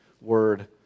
word